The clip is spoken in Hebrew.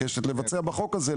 לבצע בחוק הזה.